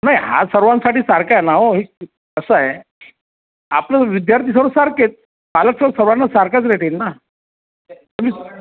नाही हा सर्वांसाठी सारखा आहे ना हो कसं आहे आपलं विद्यार्थी सर्व सारखेच आला तर सर्वांना सारखाच रेट येईल ना